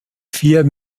vier